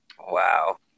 wow